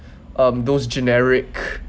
um those generic